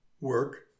work